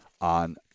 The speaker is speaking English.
on